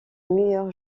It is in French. meilleur